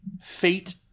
fate